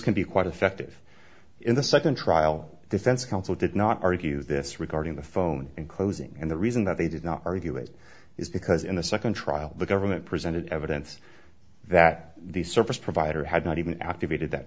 can be quite effective in the second trial defense counsel did not argue this regarding the phone in closing and the reason that they did not argue it is because in the second trial the government presented evidence that the service provider had not even activated that